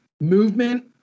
movement